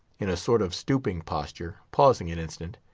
in a sort of stooping posture, pausing an instant,